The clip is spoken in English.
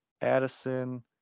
Addison